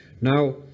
Now